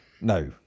No